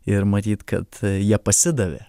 ir matyt kad jie pasidavė